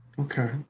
Okay